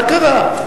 מה קרה?